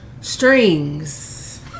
Strings